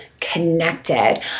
connected